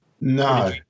No